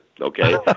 Okay